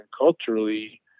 culturally